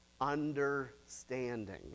Understanding